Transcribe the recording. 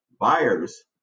Buyers